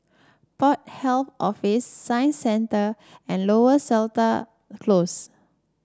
Port Health Office Science Centre and Lower Seletar Close